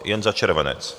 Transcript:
Jen za červenec!